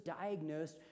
diagnosed